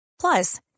Plus